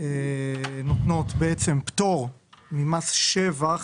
נותנות פטור ממס שבח.